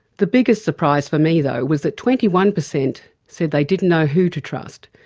the biggest surprise for me though, was that twenty one percent said they didn't know who to trust,